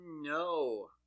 No